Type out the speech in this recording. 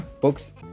books